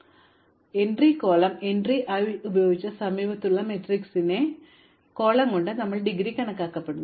അതിനാൽ ഓരോ ശീർഷകത്തിനും ഞങ്ങൾ ചതുരാകൃതിയിലുള്ള ജോലികൾ ചെയ്യുന്നു എൻട്രി കോളം എൻട്രി i ഉപയോഗിച്ച് സമീപത്തുള്ള മാട്രിക്സിന്റെ കോളം കൊണ്ട് ഞങ്ങൾ ഡിഗ്രി കണക്കാക്കുന്നു